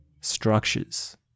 structures